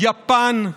יפן,